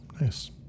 Nice